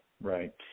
right